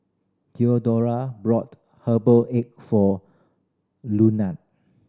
Theodora bought herbal egg for Lunan